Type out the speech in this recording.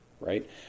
right